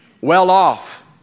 well-off